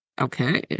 okay